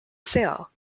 sale